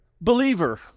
believer